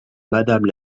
madame